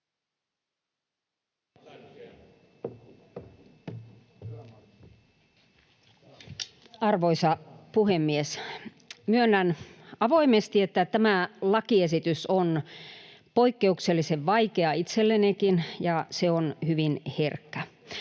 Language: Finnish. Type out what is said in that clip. Arvoisa puhemies! Myönnän avoimesti, että tämä lakiesitys on poikkeuksellisen vaikea itsellenikin ja se on hyvin herkkä.